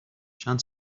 چند